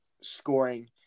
scoring